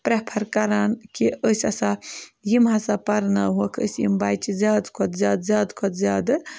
prefer کَران کہِ أسۍ ہَسا یِم ہَسا پَرناوہوکھ أسۍ یِم بَچہٕ زیادٕ کھۄتہٕ زیادٕ زیادٕ کھۄتہٕ زیادٕ